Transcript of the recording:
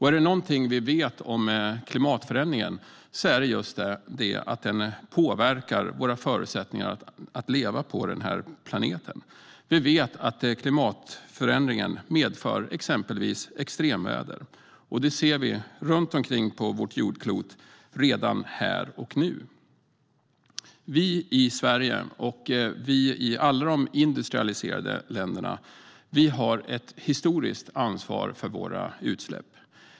Är det någonting vi vet om klimatförändringen är det just att den påverkar våra förutsättningar att leva på den här planeten. Vi vet exempelvis att klimatförändringen medför extremväder, och det ser vi redan nu runt omkring på vårt jordklot. Vi i Sverige och alla de andra industrialiserade länderna har ett historiskt ansvar för våra utsläpp.